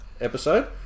episode